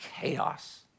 chaos